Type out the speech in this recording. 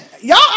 Y'all